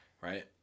right